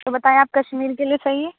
تو بتائیں آپ کشمیر کے لیے صحیح ہے